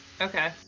Okay